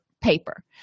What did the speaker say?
paper